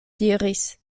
diris